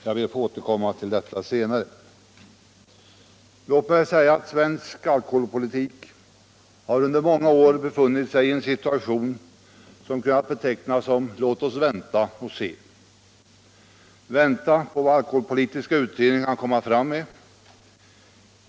Jag ber att få återkomma till detta senare. Svensk alkoholpolitik har under många år befunnit sig i en situation som karakteriserats av: Låt oss vänta och se — vänta på vad alkoholpolitiska utredningen kan komma fram med.